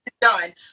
done